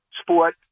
sport